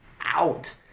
out